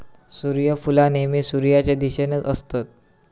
सुर्यफुला नेहमी सुर्याच्या दिशेनेच असतत